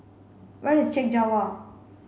where is Chek Jawa